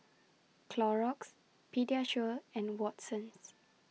Clorox Pediasure and Watsons